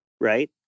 Right